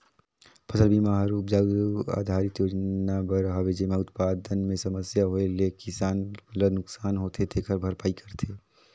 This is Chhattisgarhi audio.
फसल बिमा हर उपज आधरित योजना बर हवे जेम्हे उत्पादन मे समस्या होए ले किसान ल नुकसानी होथे तेखर भरपाई करथे